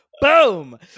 Boom